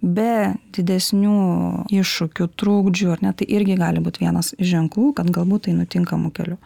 be didesnių iššūkių trukdžių ar ne tai irgi gali būt vienas iš ženklų kad galbūt einu tinkamu keliu